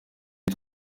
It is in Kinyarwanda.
ati